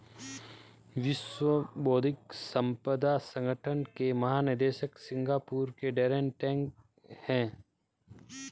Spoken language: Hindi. विश्व बौद्धिक संपदा संगठन के महानिदेशक सिंगापुर के डैरेन टैंग हैं